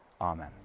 Amen